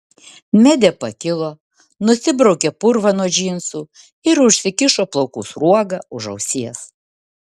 medė pakilo nusibraukė purvą nuo džinsų ir užsikišo plaukų sruogą už ausies